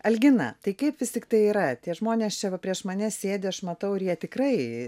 algina tai kaip vis tiktai yra tie žmonės čia va prieš mane sėdi aš matau ir jie tikrai